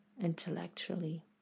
intellectually